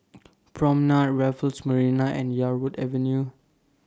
Promenade Raffles Marina and Yarwood Avenue